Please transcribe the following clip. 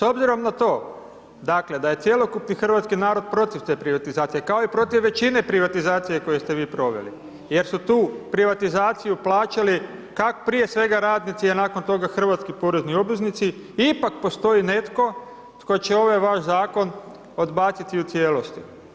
S obzirom na to, dakle, da je cjelokupni hrvatski narod protiv te privatizacije, kao i protiv većine privatizacija koje ste vi proveli jer su tu privatizaciju plaćali… [[Govornik se ne razumije]] prije svega radnici, a nakon toga hrvatski porezni obveznici, ipak postoji netko tko će ovaj vaš zakon odbaciti u cijelosti.